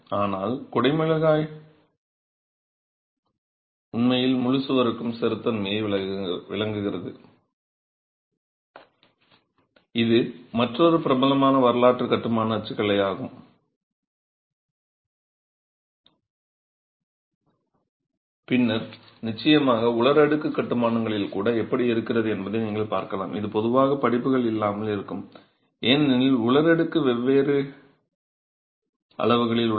ஆனால் உண்மையில் முழு சுவருக்கும் ஸ்திரத்தன்மையை வழங்குகிறது இது மற்றொரு பிரபலமான வரலாற்று கட்டுமான அச்சுக்கலையாகும் பின்னர் நிச்சயமாக உலர் அடுக்கு கட்டுமானங்களில் கூட எப்படி இருக்கிறது என்பதை நீங்கள் பார்க்கலாம் இது பொதுவாக படிப்புகள் இல்லாமல் இருக்கும் ஏனெனில் உலர் அடுக்கு வெவ்வேறு அளவுகளில் உள்ளது